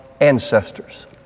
ancestors